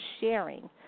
sharing